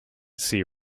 see